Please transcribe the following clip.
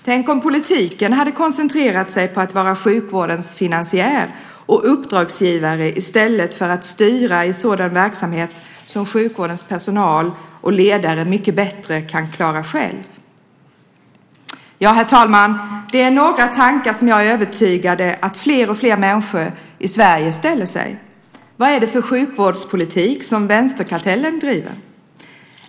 Tänk om politiken hade koncentrerat sig på att vara sjukvårdens finansiär och uppdragsgivare, i stället för att styra i sådan verksamhet som sjukvårdens personal och ledare mycket bättre klarar av själva. Ja, herr talman, det är några tankar som jag är övertygad om att fler och fler människor i Sverige har. Vad är det för sjukvårdspolitik som vänsterkartellen driver?